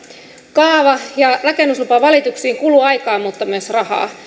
kaava ja rakennuslupavalituksiin kuluu aikaa mutta myös rahaa